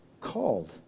called